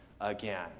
again